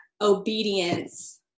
obedience